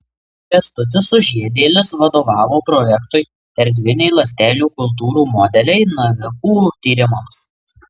kęstutis sužiedėlis vadovavo projektui erdviniai ląstelių kultūrų modeliai navikų tyrimams